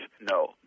no